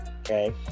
Okay